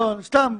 סתם.